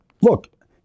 look